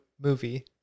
movie